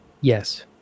Yes